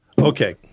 Okay